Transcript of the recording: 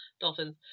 dolphins